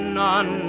none